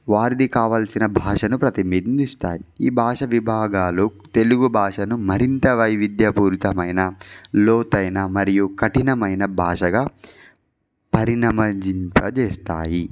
వారిది కావాల్సిన భాషను ప్రతిబందిస్తాయి ఈ భాష విభాగాలు తెలుగు భాషను మరింత వైవిధ్యభరితమైన లోతైన మరియు కఠినమైన భాషగా పరిణమింపజేస్తాయి